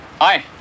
Hi